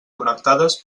connectades